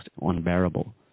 unbearable